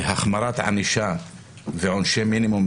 החמרת ענישה ועונשי מינימום,